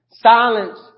Silence